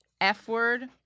F-word